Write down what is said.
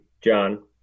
John